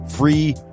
Free